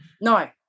No